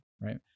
right